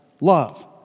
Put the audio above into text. love